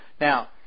Now